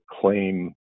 claim